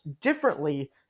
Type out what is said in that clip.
differently